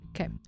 Okay